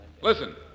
Listen